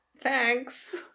thanks